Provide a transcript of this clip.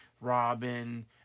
Robin